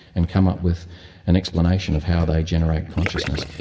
and come up with an explanation of how they generate consciousness.